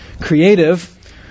creative